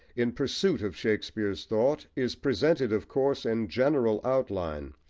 in pursuit of shakespeare's thought is presented, of course, in general outline,